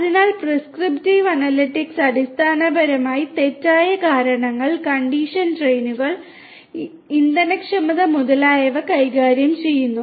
അതിനാൽ prescriptive analytics അടിസ്ഥാനപരമായി തെറ്റായ കാരണങ്ങൾ കണ്ടീഷൻ ട്രെയിനുകൾ ഇന്ധനക്ഷമത മുതലായവ കൈകാര്യം ചെയ്യുന്നു